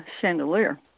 chandelier